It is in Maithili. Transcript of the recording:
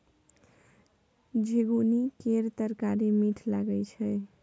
झिगुनी केर तरकारी मीठ लगई छै